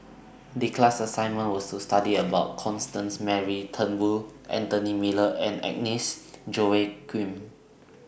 The class assignment was to study about Constance Mary Turnbull Anthony Miller and Agnes Joaquim